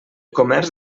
comerç